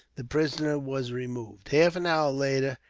the prisoner was removed. half an hour later,